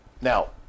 Now